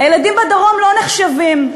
הילדים בדרום לא נחשבים.